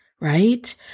right